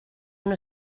una